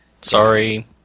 Sorry